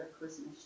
Christmas